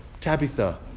Tabitha